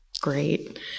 Great